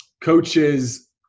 coaches